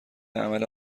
عمل